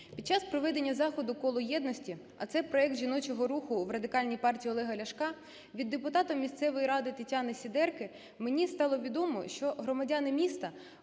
Під час проведення заходу "Коло єдності", а це проект жіночого руху в Радикальній партії Олега Ляшка, від депутата місцевої ради Тетяни Сідерки мені стало відомо, що громадяни міста